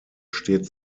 steht